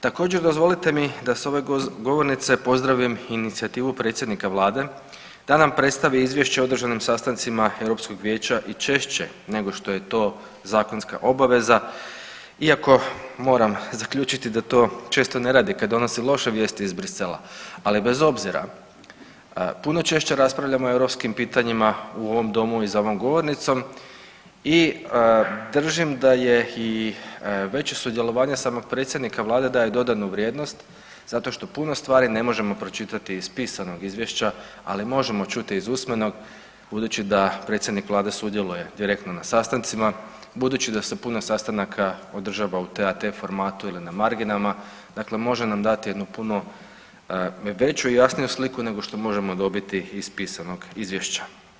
Također dozvolite mi da s ove govornice pozdravim inicijativu predsjednika vlade da nam predstavi izvješće o održanim sastancima Europskog vijeća i češće nego što je to zakonska obaveza iako moram zaključiti da to često ne radi kad donosi loše vijesti iz Brisela, ali bez obzira puno češće raspravljamo o europskim pitanjima u ovom domu i za ovom govornicom i držim da je i veće sudjelovanje samog predsjednika vlade daje dodanu vrijednost zato što puno stvari ne možemo pročitati iz pisanog izvješća, ali možemo čuti iz usmenog budući da predsjednik vlade sudjeluje direktno na sastancima, budući da se puno sastanaka održava u … [[Govornik se ne razumije]] formatu ili na marginama, dakle može nam dati jednu puno veću i jasniju sliku nego što možemo dobiti iz pisanog izvješća.